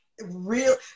real